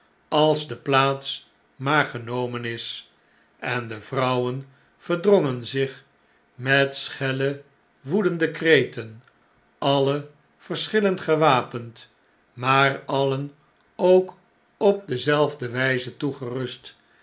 als de plaats maar genomen is en de vrouwen verdrongen zich met schelle woedende kreten alien verschillend gewapend maar alien ook op dezelfde wijze toegerust